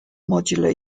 modular